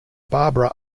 barbara